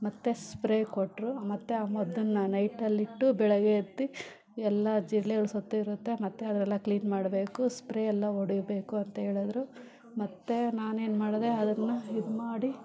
ಮತ್ತು ಸ್ಪ್ರೇ ಕೊಟ್ಟರು ಮತ್ತು ಆ ಮದ್ದನ್ನು ನೈಟಲ್ಲಿಟ್ಟು ಬೆಳಗ್ಗೆ ಎದ್ದು ಎಲ್ಲ ಜಿರಳೆಗಳ್ ಸತ್ತಿರುತ್ತೆ ಮತ್ತು ಅವೆಲ್ಲ ಕ್ಲೀನ್ ಮಾಡಬೇಕು ಸ್ಪ್ರೇ ಎಲ್ಲ ಹೊಡಿಬೇಕು ಅಂತ ಹೇಳಿದ್ರು ಮತ್ತು ನಾನೇನು ಮಾಡಿದೆ ಅದನ್ನು ಇದುಮಾಡಿ